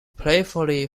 playfully